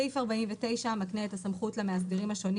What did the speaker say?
סעיף 49 מקנה את הסמכות למאסדרים השונים